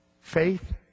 Faith